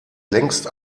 längst